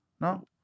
No